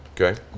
Okay